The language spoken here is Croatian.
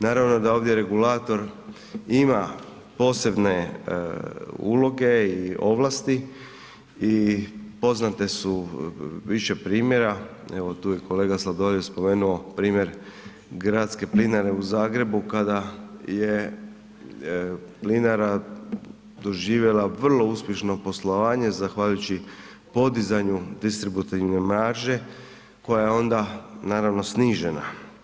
Naravno da ovdje regulator ima posebne uloge i ovlasti i poznate su više primjera, evo tu je kolega Sladoljev primjer Gradske plinare u Zagrebu kada je plinara doživjela vrlo uspješno poslovanje zahvaljujući podizanju distributivne marže koja je onda naravno snižena.